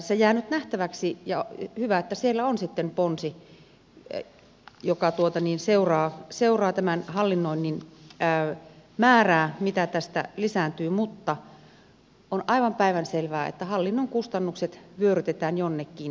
se jää nyt nähtäväksi ja hyvä että siellä on sitten ponsi joka seuraa tämän hallinnoinnin määrää mitä tästä lisääntyy mutta on aivan päivänselvää että hallinnon kustannukset vyörytetään jonnekin